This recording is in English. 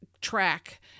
track